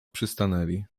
przystanęli